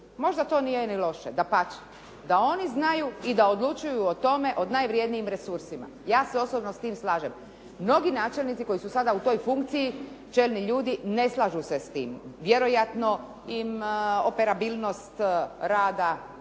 Možda to nije ni loše. Dapače, da oni znaju i da odlučuju o tome o najvrjednijim resursima. Ja se osobno s time slažem. Mnogi načelnici koji su sada u toj funkciji, čelni ljudi ne slažu se sa time. Vjerojatno im operabilnost rada